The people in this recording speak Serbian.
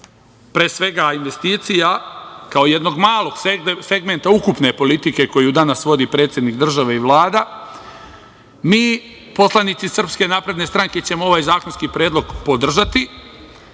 pre svega investicija, kao jednog malog segmenta ukupne politike koju danas vodi predsednik države i Vlada, mi poslanici SNS ćemo ovaj zakonski predlog podržati. Drage